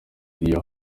iyo